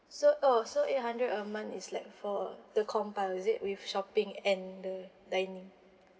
so oh so eight hundred a month is like for the compile is it with shopping and the dining